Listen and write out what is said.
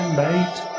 mate